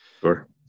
Sure